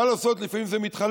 מה לעשות, לפעמים זה מתחלף.